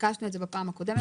ביקשנו אותה בפעם הקודמת.